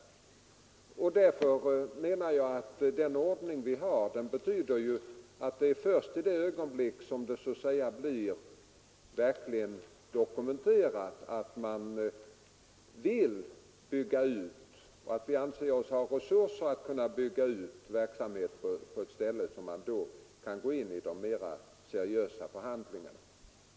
Den ordning vi har betyder ju att man kan gå in i mera seriösa förhandlingar först i det ögonblick då det verkligen blivit dokumenterat att försvaret måste bygga ut verksamheten på ett ställe och vi anser oss ha resurser för denna utbyggnad.